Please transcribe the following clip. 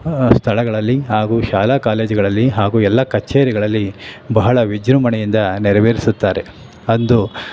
ಸ್ಥಳಗಳಲ್ಲಿ ಹಾಗೂ ಶಾಲಾ ಕಾಲೇಜುಗಳಲ್ಲಿ ಹಾಗೂ ಎಲ್ಲ ಕಛೇರಿಗಳಲ್ಲಿ ಬಹಳ ವಿಜೃಂಭಣೆಯಿಂದ ನೆರವೇರಿಸುತ್ತಾರೆ ಅಂದು